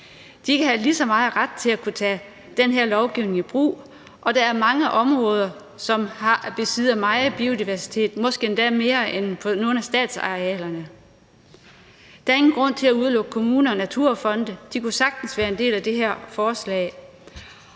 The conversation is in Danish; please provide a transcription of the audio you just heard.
De kan have lige så meget ret til at kunne tage den her lovgivning i brug, og der er mange områder, som besidder meget biodiversitet, måske endda mere end på nogle af statsarealerne. Der er ingen grund til at udelukke kommuner og naturfonde, og de kunne sagtens være en del af det her forslag.